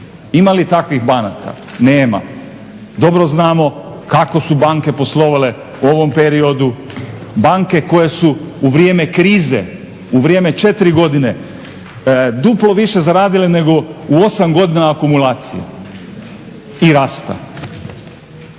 ima li takvih banaka? Nema, dobro znamo kako su banke poslovale u ovom periodu. Banke koje su u vrijeme krize, u vrijeme 4 godine duplo više zaradile nego u 8 godina akumulacije i rasta.